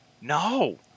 No